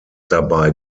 dabei